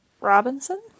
Robinson